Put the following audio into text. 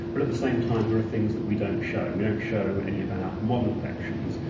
but at the same time there are things that we don't show. we don't show any of our modern collections,